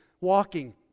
walking